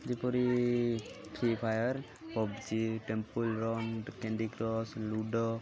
ଯେପରି Free Fire PUBG Temple Run Candy Crush ludo